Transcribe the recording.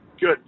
good